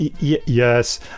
yes